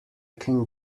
can